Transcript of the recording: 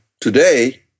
Today